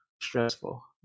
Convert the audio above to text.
stressful